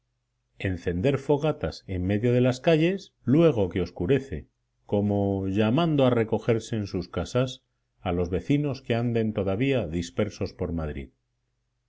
encender fogatas en medio de las calles luego que oscurece como llamando a recogerse en sus casas a los vecinos que anden todavía dispersos por madrid